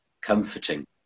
comforting